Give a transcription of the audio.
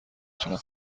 تونم